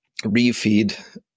refeed